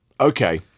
Okay